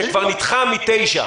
הדיון הזה הוא גם בנוכחות אנשים אחרים.